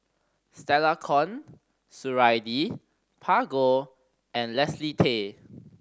Stella Kon Suradi Parjo and Leslie Tay